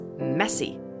messy